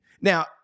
Now